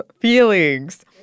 feelings